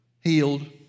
healed